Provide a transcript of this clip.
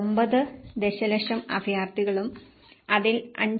9 ദശലക്ഷം അഭയാർത്ഥികളും അതിൽ 5